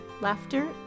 laughter